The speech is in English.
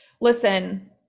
Listen